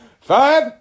Five